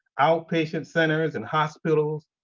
outpatient centers, and hospitals.